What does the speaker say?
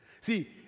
See